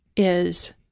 is